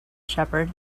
shepherd